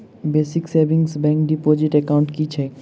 Basic savings bank deposit account की छैक?